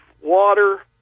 water